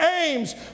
aims